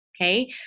okay